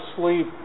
sleep